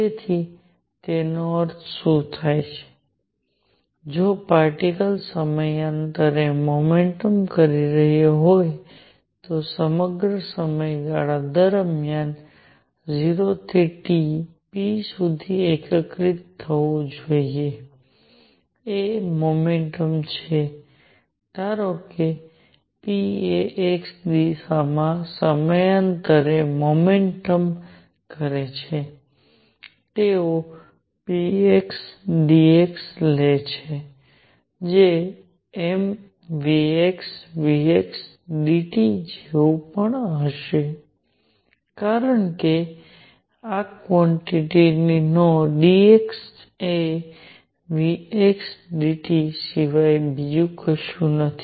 તેથી તેનો અર્થ શું છે જો પાર્ટીકલ્સ સમયાંતરે મોમેન્ટમ કરી રહ્યો હોય તો સમગ્ર સમયગાળા દરમિયાન 0 થી T p સુધી એકીકૃત થવું એ મોમેન્ટમ છે ધારો કે p એ x દિશામાં સમયાંતરે મોમેન્ટમ કરે છે તેઓ p x dx લે છે જે mvxvx dt જેવું પણ હશે કારણ કે આ કવોંટીટી નો dx એ v x dt સિવાય બીજું કશું નથી